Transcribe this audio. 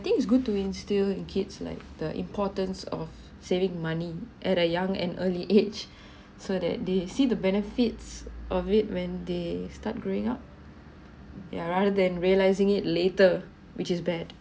I think it's good to instil kids like the importance of saving money at a young and early age so that they see the benefits of it when they start growing up yeah rather than realizing it later which is bad